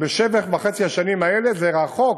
אבל בשבע וחצי השנים האלה זה רחוק,